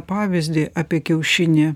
pavyzdį apie kiaušinį